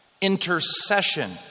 intercession